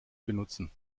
benutzen